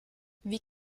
wie